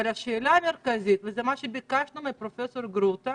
אבל השאלה המרכזית היא וזה מה שביקשנו מפרופ' גרוטו